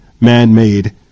man-made